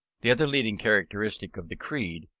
the other leading characteristics of the creed,